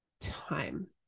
Time